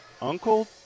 Uncle